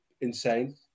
insane